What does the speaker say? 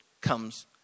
comes